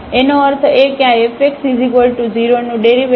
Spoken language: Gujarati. એનો અર્થ એ કે આ Fx 0 નું ડેરિવેટિવ્ઝ